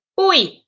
Oi